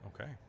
Okay